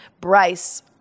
Bryce